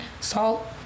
salt